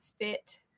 fit